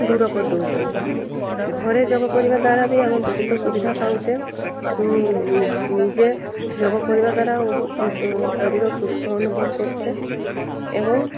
ଦୂର କରିଦେଉଛନ୍ତି ଘରେ ଯୋଗ କରିବା ଦ୍ୱାରା ବି ଆମେ ବହୁତ ସୁବିଧା ପାଉଛେ ନିଜେ ଯୋଗ କରିବା ଦ୍ୱାରା ଶରୀର ସୁସ୍ଥ ଅନୁଭବ କରୁଛେ ଏବଂ